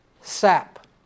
SAP